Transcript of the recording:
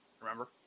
Remember